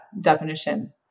definition